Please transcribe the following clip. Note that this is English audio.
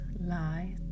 light